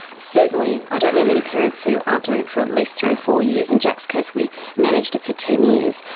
certainly i don't know many parents who aren't doing it for at least three or four years. in jack's case we managed it for ten years,